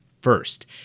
first